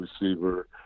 receiver